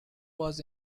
was